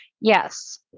Yes